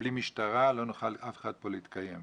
שבלי משטרה לא נוכל להתקיים פה